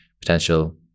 potential